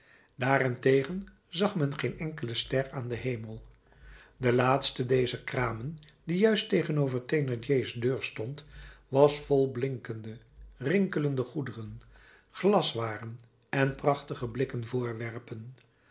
daarentegen zag men geen enkele ster aan den hemel de laatste dezer kramen die juist tegenover thénardier's deur stond was vol blinkende rinkelende goederen glaswaren en prachtige blikken voorwerpen